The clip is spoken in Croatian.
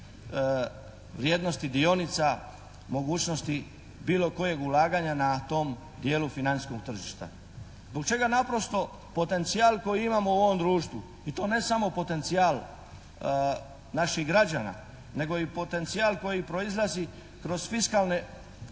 vrijednosti dionica, mogućnosti bilo kojeg ulaganja na tom dijelu financijskog tržišta. Zbog čega naprosto potencijal koji imamo u ovom društvu i to ne samo potencijal naših građana nego i potencijal koji proizlazi kroz fiskalne